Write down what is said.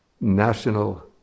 national